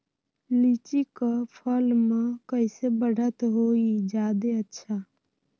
लिचि क फल म कईसे बढ़त होई जादे अच्छा?